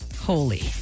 Holy